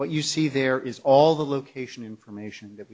what you see there is all the location information that